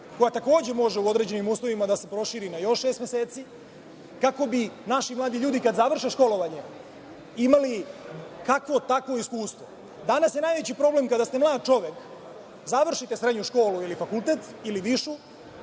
koja takođe može, u određenim uslovima, da se proširi na još šest meseci, kako bi naši mladi ljudi kada završe školovanje imali kakvo-takvo iskustvo. Danas je najveći problem kada ste mlad čovek, završite srednju školu ili fakultet, ili višu,